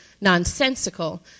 nonsensical